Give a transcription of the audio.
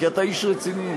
כי אתה איש רציני.